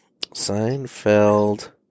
Seinfeld